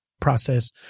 process